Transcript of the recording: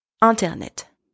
Internet